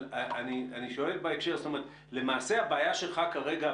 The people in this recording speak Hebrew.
אבל למעשה הבעיה שלך כרגע,